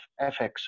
FX